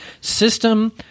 System